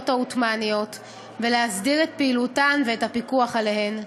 העות'מאניות ולהסדיר את פעילותן ואת הפיקוח עליהן,